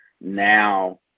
Now